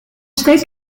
steek